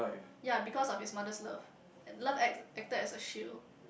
ya because of his mother's love and love acts acted as a shield